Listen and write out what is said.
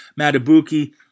Matabuki